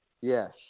Yes